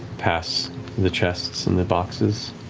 pass the chests and the boxes.